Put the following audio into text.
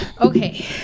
Okay